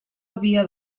havia